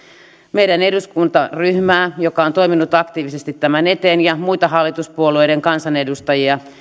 meidän eduskuntaryhmää joka on toiminut aktiivisesti tämän eteen ja muita hallituspuolueiden kansanedustajia